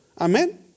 Amen